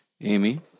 Amy